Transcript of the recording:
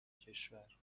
کشور